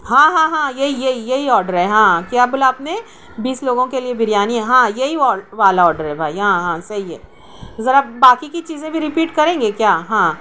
ہاں ہاں ہاں یہی یہی یہی آڈر ہے ہاں کیا بولا آپ نے بیس لوگوں کے لیے بریانی ہے ہاں یہی وال والا آڈر ہے بھائی ہاں ہاں صحیح ہے ذرا باقی کی چیزیں بھی رپیٹ کریں گے کیا ہاں